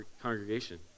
congregation